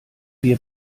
wir